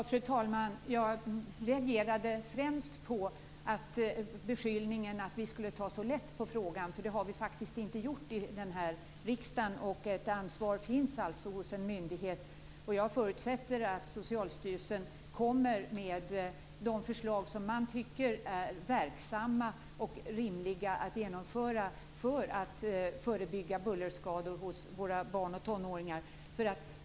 Fru talman! Jag reagerade främst på beskyllningen att vi skulle ta så lätt på frågan. Det har vi faktiskt inte gjort här i riksdagen. Det finns alltså ett ansvar hos en myndighet. Jag förutsätter att Socialstyrelsen kommer med de förslag som man tycker är verksamma och rimliga att genomföra för att förebygga bullerskador hos våra barn och tonåringar.